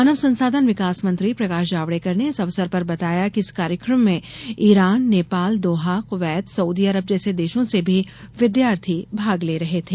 मानव संसाधन विकास मंत्री प्रकाश जावड़ेकर ने इस अवसर पर बताया कि इस कार्यक्रम में Iran Nepal Doha Kuwait Saudi Arab जैसे देशों से भी विद्यार्थी भाग ले रहे थे